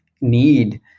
need